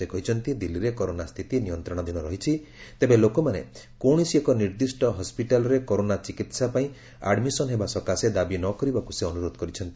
ସେ କହିଛନ୍ତି ଦିଲ୍ଲୀରେ କରୋନା ସ୍ଥିତି ନିୟନ୍ତ୍ରଣାଧୀନ ରହିଛି ତେବେ ଲୋକମାନେ କୌଣସି ଏକ ନିର୍ଦ୍ଦିଷ୍ଟ ହସିଟାଲରେ କରୋନା ଚିକିତ୍ସା ପାଇଁ ଆଡ୍ମିସନ୍ ହେବା ସକାଶେ ଦାବି ନ କରିବାକୁ ସେ ଅନୁରୋଧ କରିଛନ୍ତି